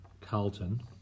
Carlton